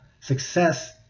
success